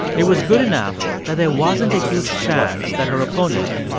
it was good enough that there wasn't a huge chance that her opponent,